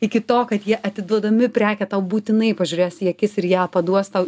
iki to kad jie atiduodami prekę tau būtinai pažiūrės į akis ir ją paduos tau